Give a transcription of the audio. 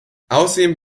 außerdem